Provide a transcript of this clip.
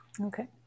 okay